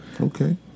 okay